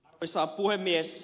arvoisa puhemies